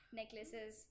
necklaces